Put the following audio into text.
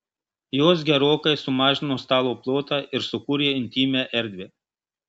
jos gerokai sumažino stalo plotą ir sukūrė intymią erdvę